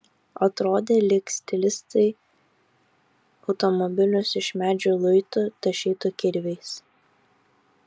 atrodė lyg stilistai automobilius iš medžio luitų tašytų kirviais